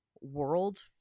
world